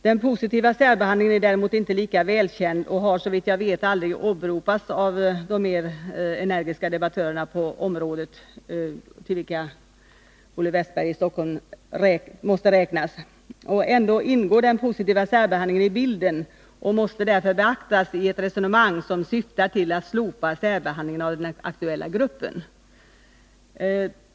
Den positiva särbehandlingen är däremot inte lika välkänd och har, såvitt jag vet, aldrig åberopats av de mer energiska debattörerna på området, till vilka Olle Wästberg i Stockholm måste räknas. Ändå ingår den positiva särbehandlingen i bilden och måste beaktas i ett resonemang som syftar till att slopa särbehandlingen av den aktuella gruppen.